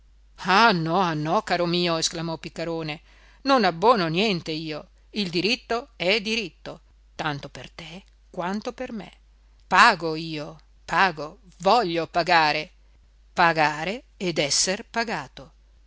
ah no ah no caro mio esclamò piccarone non abbono niente io il diritto è diritto tanto per te quanto per me pago io pago voglio pagare pagare ed esser pagato